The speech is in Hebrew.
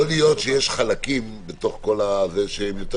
יכול להיות שיש חלקים בתוך כל זה שיותר